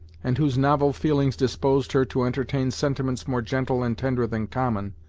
and whose novel feelings disposed her to entertain sentiments more gentle and tender than common,